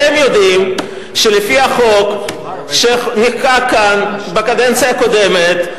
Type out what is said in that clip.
אלא שאתם יודעים שלפי החוק שנחקק כאן בקדנציה הקודמת,